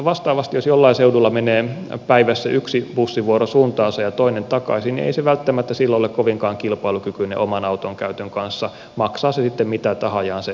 vastaavasti jos jollain seudulla menee päivässä yksi bussivuoro suuntaansa ja toinen takaisin niin ei se välttämättä sillä ole kovinkaan kilpailukykyinen oman auton käytön kanssa maksaa se sitten mitä tahajaan se bussivuoro